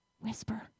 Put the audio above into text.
whisper